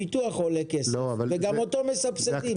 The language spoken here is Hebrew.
הפיתוח עולה כסף, וגם אותו מסבסדים.